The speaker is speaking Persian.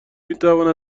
میتواند